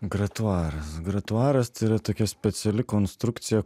gratuaras gratuaras tai yra tokia speciali konstrukcija